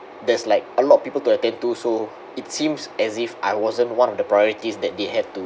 there's like a lot of people to attend to so it seems as if I wasn't one of the priorities that they have to